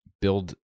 build